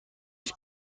است